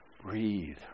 breathe